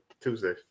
Tuesday